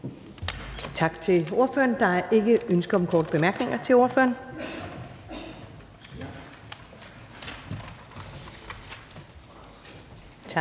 Tak til ordføreren. Der er ikke noget ønske om korte bemærkninger til ordføreren.